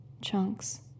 chunks